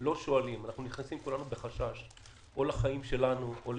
לא מבחינים בין אנשים.